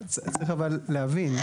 צריך אבל להבין.